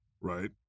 Right